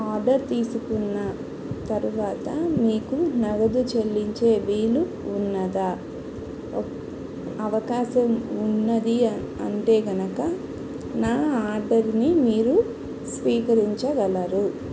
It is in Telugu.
ఆర్డర్ తీసుకున్న తరువాత మీకు నగదు చెల్లించే వీలు ఉన్నదా అవకాశం ఉన్నది అంటే కనుక నా ఆర్డర్ని మీరు స్వీకరించగలరు